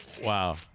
Wow